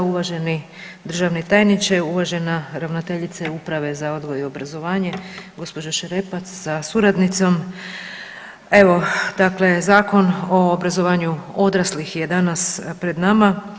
Uvaženi državni tajniče, uvažena ravnateljice Uprave za odgoj i obrazovanje gospođa Šerepac sa suradnicom, evo dakle Zakon o obrazovanju odraslih je danas pred nama.